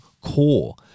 core